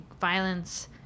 violence